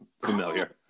familiar